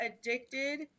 addicted